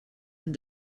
and